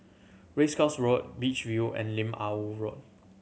Race Course Road Beach View and Lim Ah Woo Road